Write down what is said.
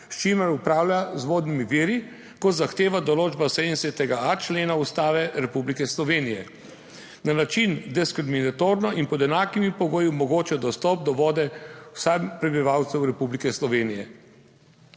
s čimer upravlja z vodnimi viri, kot zahteva določba 70. člena Ustave Republike Slovenije. Na način diskriminatorno in pod enakimi pogoji omogoča dostop do vode vsem prebivalcem Republike Slovenije.